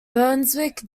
brunswick